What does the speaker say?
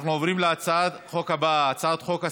אנחנו עוברים להצעת החוק הבאה, הצעת חוק הספנות.